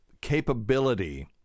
capability